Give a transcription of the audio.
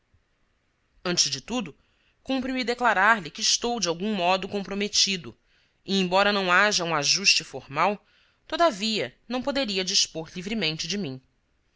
antes de tudo cumpre me declarar-lhe que estou de algum modo comprometido e embora não haja um ajuste formal todavia não poderia dispor livremente de mim